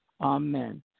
Amen